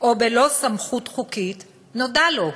או בלא סמכות חוקית" נודע לו,